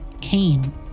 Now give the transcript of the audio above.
Cain